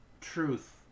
truth